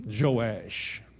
Joash